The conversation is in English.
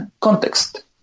context